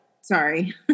sorry